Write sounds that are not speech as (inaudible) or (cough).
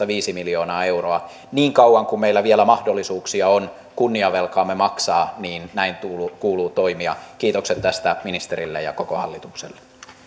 (unintelligible) viisi miljoonaa euroa kaksituhattayhdeksäntoista niin kauan kuin meillä vielä mahdollisuuksia on kunniavelkaamme maksaa näin kuuluu kuuluu toimia kiitokset tästä ministerille ja koko hallitukselle